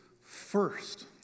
first